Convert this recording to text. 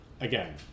Again